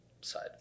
side